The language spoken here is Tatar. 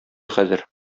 хәзер